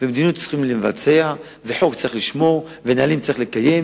מדיניות צריכים לבצע וחוק צריך לשמור ונהלים צריך לקיים,